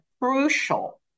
crucial